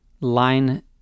line